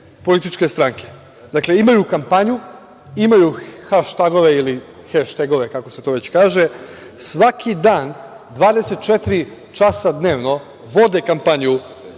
političke stranke. Dakle, imaju kampanju, imaju haštagove, ili heštegove, kako se to već kaže, svaki dan, 24 časa dnevno vode kampanju